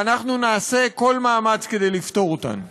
ואנחנו נעשה כל מאמץ לפתור אותן: